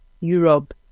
Europe